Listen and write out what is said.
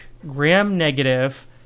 Gram-negative